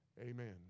Amen